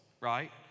right